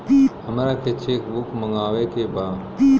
हमारा के cheque book मगावे के बा?